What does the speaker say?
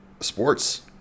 Sports